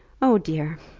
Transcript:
oh, dear!